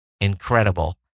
incredible